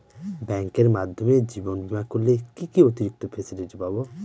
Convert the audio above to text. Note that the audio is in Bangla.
ব্যাংকের মাধ্যমে জীবন বীমা করলে কি কি অতিরিক্ত ফেসিলিটি পাব?